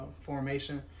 formation